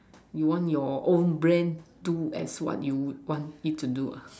you want your own brain do as you want it to do ah